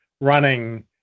running